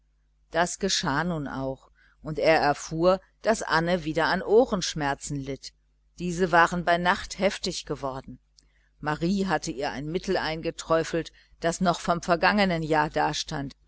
das geschah nun auch und er erfuhr daß anne wieder an ohrenschmerzen litt diese waren bei nacht heftig geworden marie hatte ihr ein mittel eingeträufelt das noch vom vergangenen jahr dastand